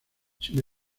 sin